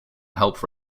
help